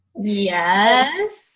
Yes